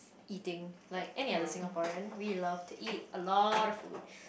eating like any other Singaporean we love to eat a lot of food